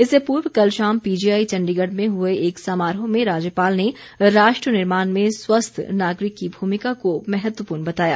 इससे पूर्व कल शाम पीजी आई चण्डीगढ़ में हुए एक समारोह में राज्यपाल ने राष्ट्र निर्माण में स्वस्थ नागरिक की भूमिका को महत्वपूर्ण बताया